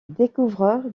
découvreur